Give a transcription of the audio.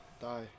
die